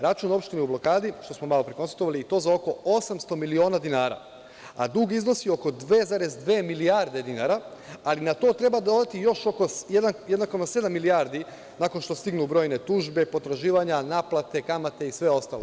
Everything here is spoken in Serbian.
Račun opštine u blokadi, što smo malopre konstatovali, i to za oko 800 miliona dinara, a dug iznosi oko 2,2 milijarde dinara, ali na to treba dodati još oko 1,7 milijardi, nakon što stignu brojne tužbe, potraživanja, naplate, kamate i sve ostalo.